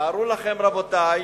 תארו לכם, רבותי,